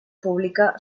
pública